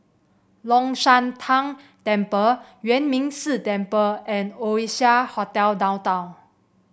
Long Shan Tang Temple Yuan Ming Si Temple and Oasia Hotel Downtown